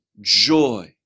joy